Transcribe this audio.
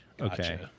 Okay